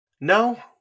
No